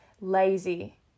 lazy